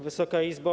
Wysoka Izbo!